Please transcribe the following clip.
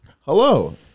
Hello